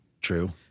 true